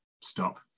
stop